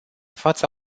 fața